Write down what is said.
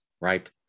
right